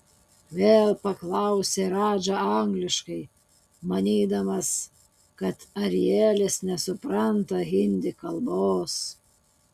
vėl paklausė radža angliškai manydamas kad arielis nesupranta hindi kalbos